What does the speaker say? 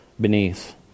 beneath